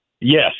yes